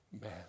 Man